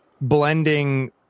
blending